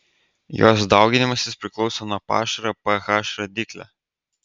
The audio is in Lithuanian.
jos dauginimasis priklauso nuo pašaro ph rodiklio